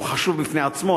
והוא חשוב בפני עצמו,